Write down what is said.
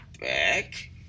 back